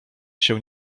się